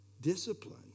Discipline